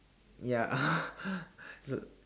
ya so